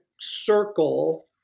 circle